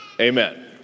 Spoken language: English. Amen